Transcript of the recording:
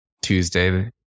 Tuesday